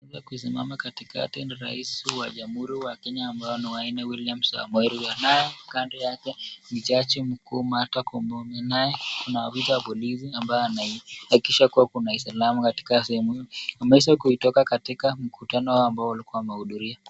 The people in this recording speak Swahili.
...na kusimama katikati na rais wa Jamuhuri wa Kenya ambaye ni wa nne, William Samoei. Anaye kando yake ni Jaji Mkuu Martha Koome. Kunaye maafisa wa polisi ambaye anahakikisha kuna usalama katika sehemu hii. Wameisha kutoka katika mkutano ambao walikuwa wamehudhuria.